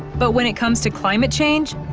but when it comes to climate change,